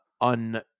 un